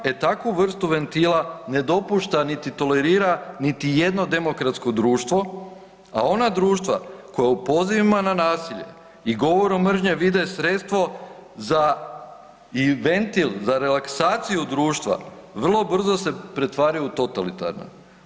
E takvu vrstu ventila ne dopušta niti tolerira niti jedno demokratsko društvo, a ona društvo koja u pozivima na nasilje i govoru mržnje vide sredstvo i ventil za relaksaciju društva vrlo brzo se pretvaraju u totalitarna.